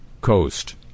Coast